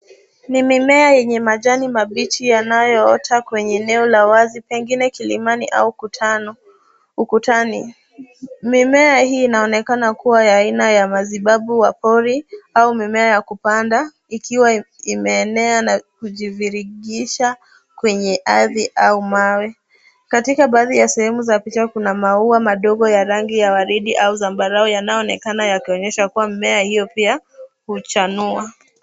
Ni mimea yenye majani mabichi yanayoota kwenye eneo la wazi pengine kilimani au ukutani. Mimea hii inaonekana kuwa ya aina ya mazibabu wa pori au mimea ya kupanda ikiwa imeenea na kujiviringisha kwenye ardhi au mawe. Katika baadhi ya sehemu za picha kuna maua madogo ya rangi ya waridi au zambarau yanayoonekana yakionyesha kuwa mimea hiyo pia huchanua.